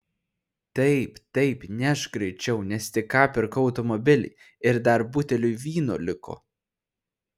taip taip nešk greičiau nes tik ką pirkau automobilį ir dar buteliui vyno liko